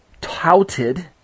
touted